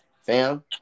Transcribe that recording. fam